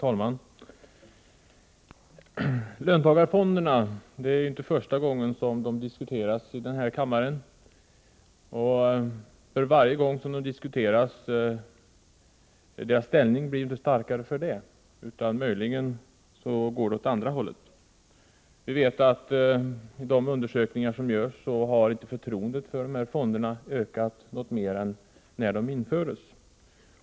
Herr talman! Det är ju inte första gången som löntagarfonderna diskuteras i denna kammare, men deras ställning blir inte starkare för varje gång de diskuteras, utan det går möjligen åt andra hållet. Enligt gjorda undersökningar har förtroendet för fonderna inte ökat jämfört med när de infördes.